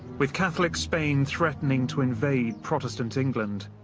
with catholic spain threatening to invade protestant england,